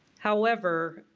however,